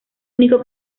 único